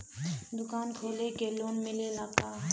दुकान खोले के लोन मिलेला का?